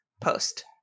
post